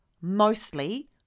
mostly